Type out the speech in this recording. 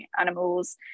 animals